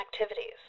activities